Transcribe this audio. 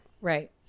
Right